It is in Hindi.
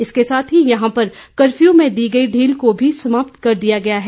इसके साथ ही यहां पर कर्फयू में दी गई ढील को भी समाप्त कर दिया गया है